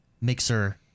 Mixer